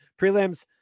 prelims